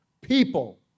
people